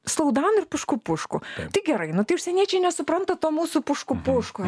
slowdown ir pušku pušku tai gerai nu tai užsieniečiai nesupranta to mūsų pušku pušku